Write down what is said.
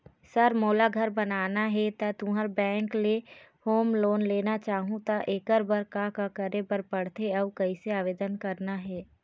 Sir मोला घर बनाना हे ता तुंहर बैंक ले होम लोन लेना चाहूँ ता एकर बर का का करे बर पड़थे अउ कइसे आवेदन करना हे?